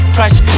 Crush